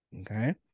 okay